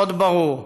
סוד ברור,